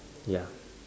ya